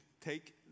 take